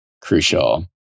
crucial